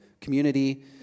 community